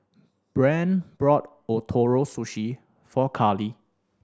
Brande bought Ootoro Sushi for Carlie